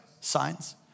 signs